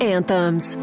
Anthems